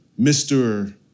Mr